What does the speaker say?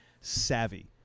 savvy